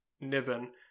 Niven